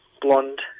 blonde